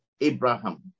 Abraham